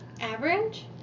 Average